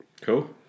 Cool